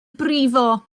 brifo